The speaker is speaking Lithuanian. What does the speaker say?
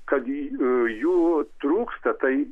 kad j jų trūksta tai